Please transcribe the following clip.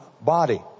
body